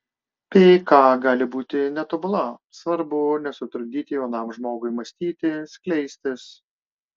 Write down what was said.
pk gali būti netobula svarbu nesutrukdyti jaunam žmogui mąstyti skleistis